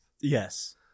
Yes